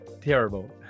terrible